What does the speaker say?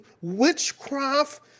witchcraft